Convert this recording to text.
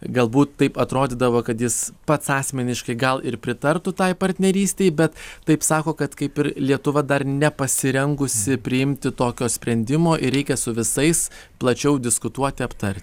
galbūt taip atrodydavo kad jis pats asmeniškai gal ir pritartų tai partnerystei bet taip sako kad kaip ir lietuva dar nepasirengusi priimti tokio sprendimo ir reikia su visais plačiau diskutuoti aptar